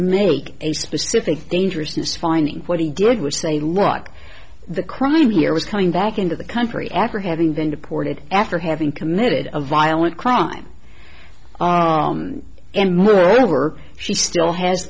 make a specific dangerousness finding what he did was say look the crime here was coming back into the country after having been deported after having committed a violent crime and moreover she still has